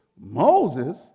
Moses